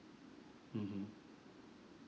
mmhmm